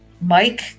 Mike